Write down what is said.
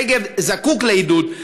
הנגב זקוק לעידוד,